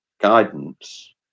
guidance